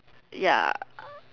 ya